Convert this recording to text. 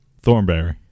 Thornberry